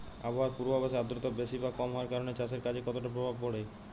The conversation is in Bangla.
আবহাওয়ার পূর্বাভাসে আর্দ্রতা বেশি বা কম হওয়ার কারণে চাষের কাজে কতটা প্রভাব পড়ে?